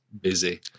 busy